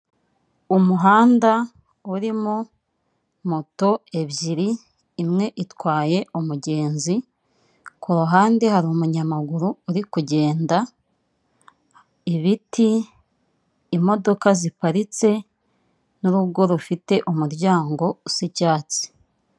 Umuhanda urimo moto ebyiri imwe itwaye umugenzi kuruhande hari umunyamaguru uri kugenda, ibiti imodoka ziparitse nurugo rufite umuryango usa icyatsi.